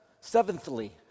seventhly